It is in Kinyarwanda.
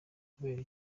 ukubera